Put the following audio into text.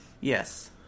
Yes